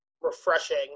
refreshing